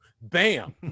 Bam